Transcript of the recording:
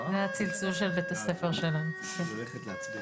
לגבי אשלג היה שנותנים להם להפחית